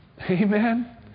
Amen